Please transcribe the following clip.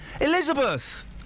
Elizabeth